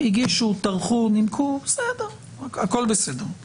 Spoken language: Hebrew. הגישו, טרחו, נמקו בסדר, הכול בסדר.